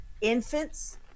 infants